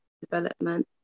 development